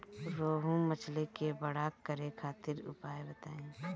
रोहु मछली के बड़ा करे खातिर उपाय बताईं?